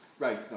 Right